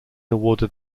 awarded